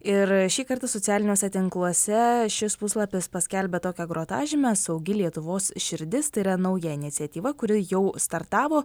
ir šį kartą socialiniuose tinkluose šis puslapis paskelbė tokią grotažymę saugi lietuvos širdis tai yra nauja iniciatyva kuri jau startavo